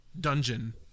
dungeon